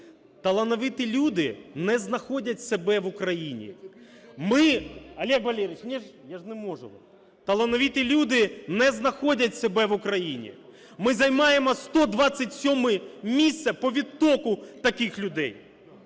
Талановиті люди не знаходять себе в Україні. Ми займаємо 127 місце по відтоку таких людей.